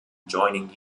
joining